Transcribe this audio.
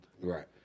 Right